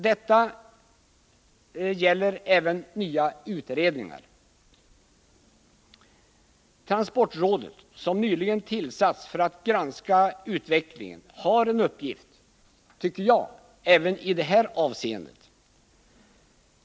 Detta gäller även de förslag som framförts om nya utredningar. Transportrådet, som nyligen tillsatts för att granska utvecklingen, har som jag ser det en uppgift även i detta avseende.